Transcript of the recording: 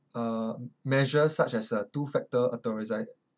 uh measures such as uh two factor authorisa~